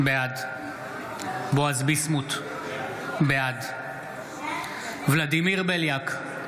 בעד בועז ביסמוט, בעד ולדימיר בליאק,